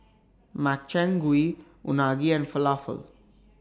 Makchang Gui Unagi and Falafel